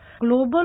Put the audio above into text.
global